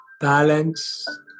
balance